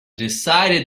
decided